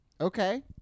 Okay